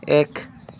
এক